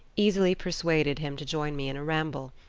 easily pursuaded him to join me in a ramble.